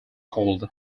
called